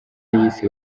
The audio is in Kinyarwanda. y’isi